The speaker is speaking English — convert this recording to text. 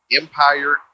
Empire